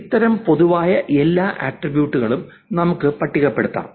ഇത്തരം പൊതുവായ എല്ലാ ആട്രിബ്യൂട്ടുകളും നമുക്ക് പട്ടികപ്പെടുത്താം